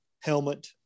helmet